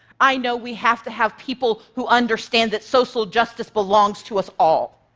i know we have to have people who understand that social justice belongs to us all.